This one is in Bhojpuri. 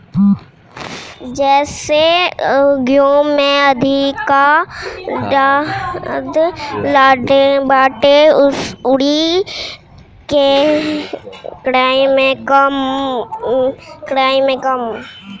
जइसे गेंहू में अधिका खाद लागत बाटे अउरी केराई में कम